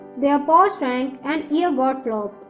their paw shrank and ear got flopped.